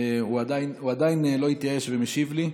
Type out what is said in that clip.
הוא עדיין לא התייאש ומשיב לי.